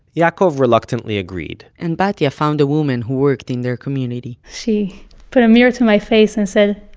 yaakov reluctantly agreed and batya found a woman who worked in their community she put a mirror to my face and said,